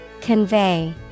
Convey